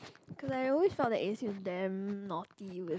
cause I always felt that A_C was damn naughty with